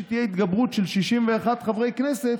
שתהיה התגברות של 61 חברי כנסת,